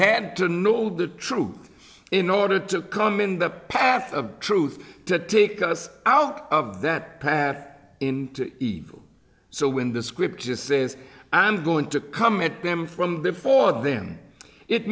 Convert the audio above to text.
had to know all the truth in order to come in the path of truth to take us out of that pat in evil so when the script just says i'm going to come at them from before then it